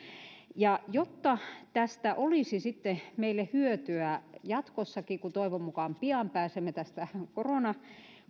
jotta tästä olisi meille hyötyä sitten jatkossakin kun toivon mukaan pian pääsemme tästä korona